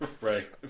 Right